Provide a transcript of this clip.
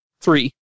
three